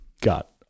got